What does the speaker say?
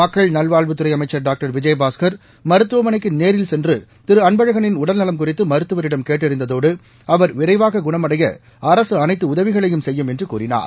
மக்கள் நல்வாழ்வுத்துறை அமைச்சா் டாக்டர் விஜயபாஸ்கா் மருத்துவமனைக்கு நேரில் சென்று திரு அன்பழகனின் உடல்நலம் குறித்து மருத்துவரிடம் கேட்டறிந்ததோடு அவர் விரைவாக குணமடைய அரக அனைத்து உதவிகளையும் செய்யும் என்று கூறினார்